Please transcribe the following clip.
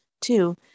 Two